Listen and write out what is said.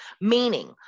meaning